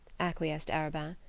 acquiesced arobin.